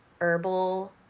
herbal